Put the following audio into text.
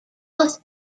both